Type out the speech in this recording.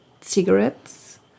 cigarettes